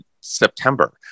September